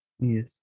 Yes